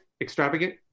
extravagant